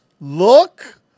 Look